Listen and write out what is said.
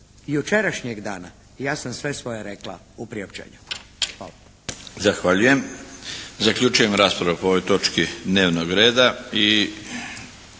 jučerašnjeg dana ja sam sve svoje rekla u priopćenju. Hvala.